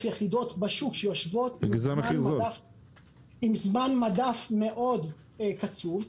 יחידות בשוק שיושבות על המדפים עם זמן מדף קצוב מאוד,